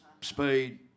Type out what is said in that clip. speed